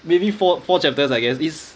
maybe four four chapters I guess it's